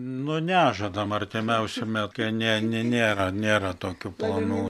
nu nežadam artimiausiu metu ne ne nėra nėra tokių planų